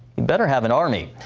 he better have an army.